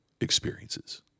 experiences